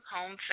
Home